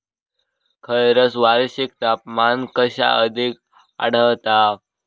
खैयसर वार्षिक तापमान कक्षा अधिक आढळता?